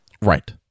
Right